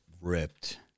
Ripped